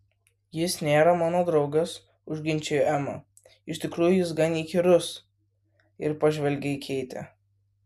jis nėra mano draugas užginčijo ema iš tikrųjų jis gan įkyrus ir pažvelgė į keitę